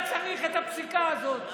לא היה צריך את הפסיקה הזאת.